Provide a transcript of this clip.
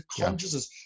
consciousness